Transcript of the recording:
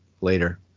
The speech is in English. later